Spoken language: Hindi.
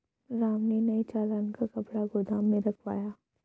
राम ने नए चालान का कपड़ा गोदाम में रखवाया